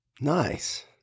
Nice